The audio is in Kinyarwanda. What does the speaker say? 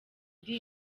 iri